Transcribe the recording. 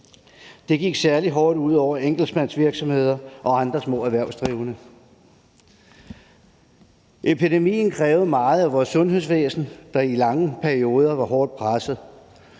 Det gik særlig hårdt ud over enkeltmandsvirksomheder og andre små erhvervsdrivende. Epidemien krævede meget af vores sundhedsvæsen, der i lange perioder var hårdt presset,